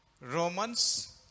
Romans